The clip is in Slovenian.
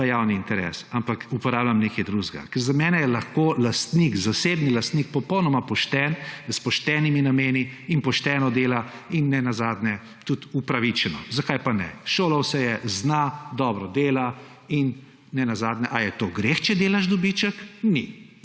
pa javni interes, ampak uporabljam nekaj drugega. Ker za mene je lahko zasebni lastnik popolnoma pošten, s poštenimi nameni in pošteno dela, ne nazadnje tudi upravičeno. Zakaj pa ne? Šolal se je, zna, dobro dela. Ne nazadnje, ali je greh, če delaš dobiček? Ni.